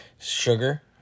sugar